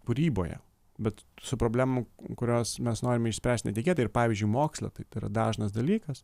kūryboje bet su problemų kurios mes norime išspręst netikėtai ir pavyzdžiui moksle taip yra dažnas dalykas